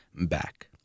back